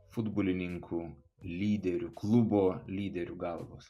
futbolininkų lyderių klubo lyderių galvos